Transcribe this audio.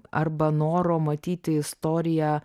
arba noro matyti istoriją